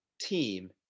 team